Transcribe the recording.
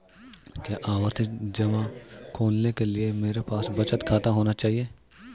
क्या आवर्ती जमा खोलने के लिए मेरे पास बचत खाता होना चाहिए?